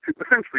essentially